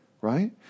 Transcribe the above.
right